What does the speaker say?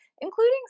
including